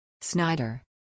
Snyder